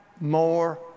more